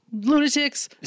lunatics